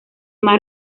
mar